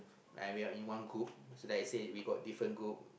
like we are in one group so that I say we got different group